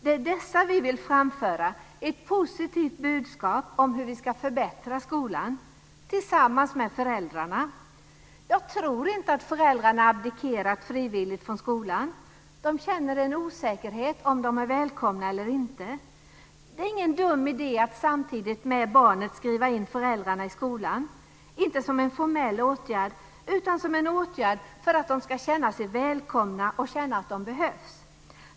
Det är dessa vi vill framföra, ett positivt budskap om hur skolan ska förbättras tillsammans med föräldrarna. Jag tror inte att föräldrarna abdikerat frivilligt från skolan. De känner en osäkerhet om de är välkomna eller inte. Det är ingen dum idé att samtidigt med barnet skriva in föräldrarna i skolan, inte som en formell åtgärd, utan som en åtgärd för att de ska känna sig välkomna och att de behövs.